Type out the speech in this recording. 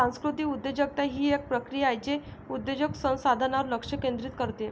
सांस्कृतिक उद्योजकता ही एक प्रक्रिया आहे जे उद्योजक संसाधनांवर लक्ष केंद्रित करते